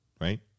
right